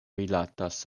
rilatas